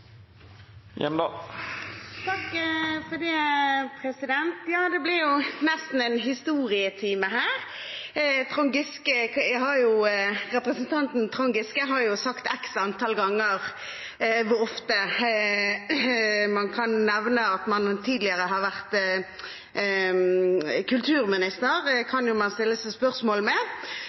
Det ble nesten en historietime her. Representanten Trond Giske har sagt x antall ganger at han tidligere har vært kulturminister. Hvor ofte man kan nevne det, kan man